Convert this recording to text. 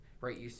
right